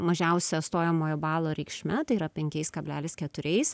mažiausia stojamojo balo reikšme tai yra penkiais kablelis keturiais